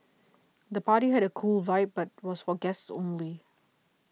the party had a cool vibe but was for guests only